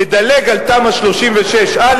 לדלג על תמ"א 36א,